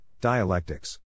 Dialectics